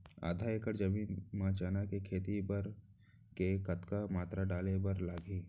आधा एकड़ जमीन मा चना के खेती बर के कतका मात्रा डाले बर लागही?